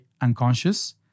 unconscious